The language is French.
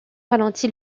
ralentit